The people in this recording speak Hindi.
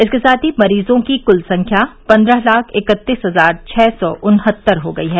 इसके साथ ही मरीजों की क्ल संख्या पन्द्रह लाख इकत्तीस हजार छः सौ उन्हत्तर हो गई है